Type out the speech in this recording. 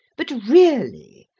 but, really,